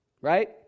right